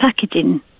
packaging